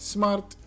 Smart